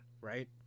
right